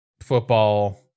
football